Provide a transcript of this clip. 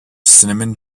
cinnamon